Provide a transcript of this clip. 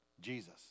Jesus